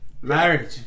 Marriage